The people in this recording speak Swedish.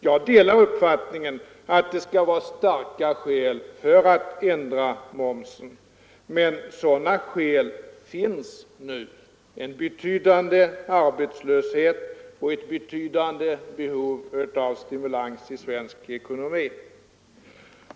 Jag delar uppfattningen att det skall krävas starka skäl för att ändra momsen, men sådana skäl finns nu: en betydande arbetslöshet och ett betydande behov av stimulans i svensk ekonomi.